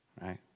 right